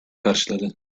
karşıladı